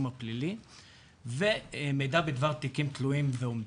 הפלילי ומידע בדבר תיקים תלויים ועומדים,